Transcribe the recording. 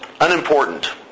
unimportant